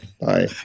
Bye